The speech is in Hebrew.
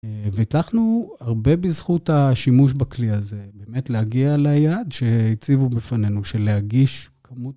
הבטחנו הרבה בזכות השימוש בכלי הזה, באמת להגיע ליעד שהציבו בפנינו, של להגיש כמות.